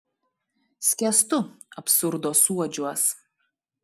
skęstu absurdo suodžiuos